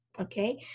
okay